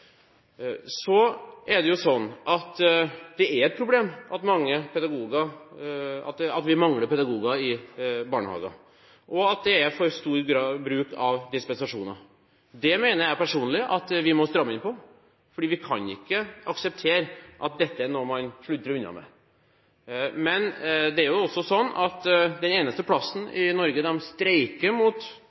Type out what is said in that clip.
så snart. Så er det slik at det er et problem at vi mangler pedagoger i barnehagene, og det er en for stor bruk av dispensasjoner. Det siste mener jeg personlig at vi må stramme inn på, for vi kan ikke akseptere at dette er noe man sluntrer unna med. Men det er jo også slik at det eneste stedet man streiker mot